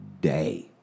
day